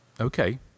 Okay